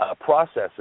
processes